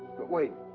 but, wait.